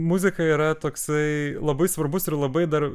muzika yra toksai labai svarbus ir labai dar